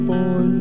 Boy